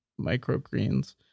microgreens